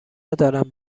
ندارم